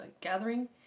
gathering